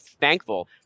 thankful